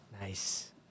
Nice